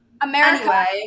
America